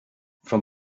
från